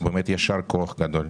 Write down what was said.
באמת יישר כוח גדול.